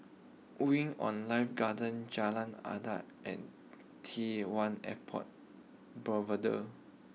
Wing on Life Garden Jalan Adat and T one Airport Boulevard